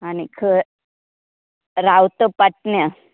आनीक रावतां पाटण्या